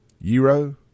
Euro